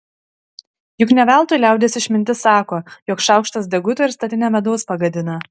juk ne veltui liaudies išmintis sako jog šaukštas deguto ir statinę medaus pagadina